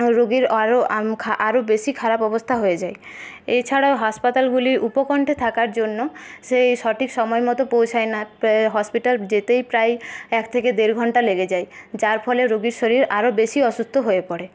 রুগির আরও আরও বেশি খারাপ অবস্থা হয়ে যায় এছাড়াও হাসপাতালগুলি উপকণ্ঠে থাকার জন্য সেই সঠিক সময় মতো পৌঁছায় না হসপিটাল যেতেই প্রায় এক থেকে দেড় ঘন্টা লেগে যায় যার ফলে রুগির শরীর আরও বেশি অসুস্থ হয়ে পড়ে